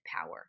power